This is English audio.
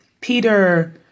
Peter